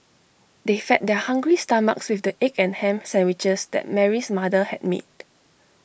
they fed their hungry stomachs with the egg and Ham Sandwiches that Mary's mother had made